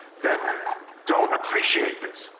that don't appreciate this.